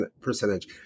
percentage